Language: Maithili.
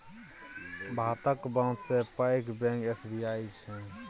भातक सबसँ पैघ बैंक एस.बी.आई छै